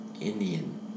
Indian